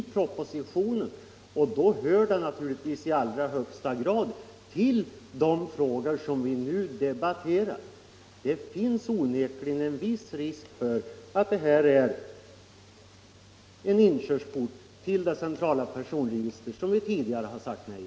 Därför hör min fråga i allra högsta grad till det som vi nu debatterar. Det finns onekligen en viss risk för att det här är en inkörsport till det centrala personregister som vi tidigare har sagt nej